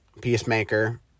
Peacemaker